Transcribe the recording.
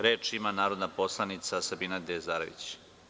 Reč ima narodna poslanica Sabina Dazdarević.